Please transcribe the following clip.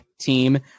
team